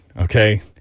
okay